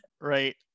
Right